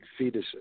fetuses